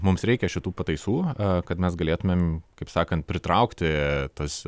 mums reikia šitų pataisų kad mes galėtumėm kaip sakant pritraukti tas